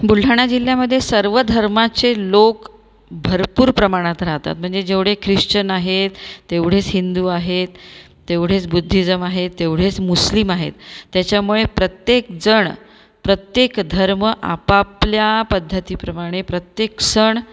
बुलढाणा जिल्ह्यामधे सर्व धर्मांचे लोक भरपूर प्रमाणात राहतात म्हणजे जेवढे ख्रिश्चन आहेत तेवढेच हिंदू आहेत तेवढेच बुद्धिजम आहेत तेवढेच मुस्लिम आहेत त्याच्यामुळे प्रत्येक जण प्रत्येक धर्म आपापल्या पद्धतीप्रमाणे प्रत्येक सण